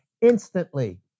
instantly